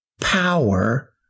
Power